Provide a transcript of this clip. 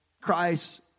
Christ